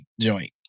joint